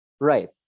Right